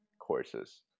courses